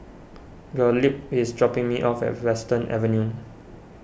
Gottlieb is dropping me off at Western Avenue